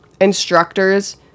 instructors